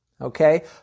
Okay